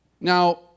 Now